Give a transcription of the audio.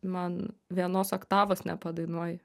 man vienos oktavos nepadainuoji